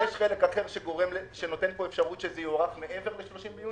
יש חלק אחר שנותן פה אפשרות שזה יוארך מעבר ל-30 ביוני?